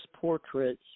portraits